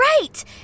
Right